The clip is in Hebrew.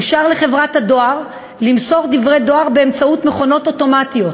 אושר לחברת הדואר למסור דברי דואר באמצעות מכונות אוטומטיות,